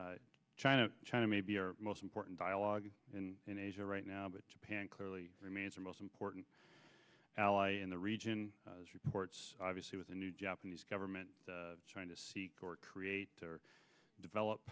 gregson china china may be our most important dialogue in asia right now but japan clearly remains the most important ally in the region as reports obviously with the new japanese government trying to seek or create or develop